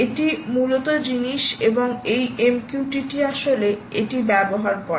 এটি মূল জিনিস এবং এই MQTT আসলে এটি ব্যবহার করে